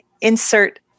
insert